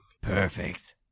Perfect